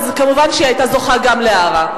מובן שהיא היתה זוכה גם להערה,